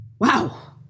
Wow